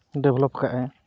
develop ᱠᱟᱜ ᱟᱭ